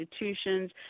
institutions